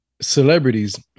celebrities